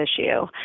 issue